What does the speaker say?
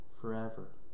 forever